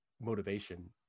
motivation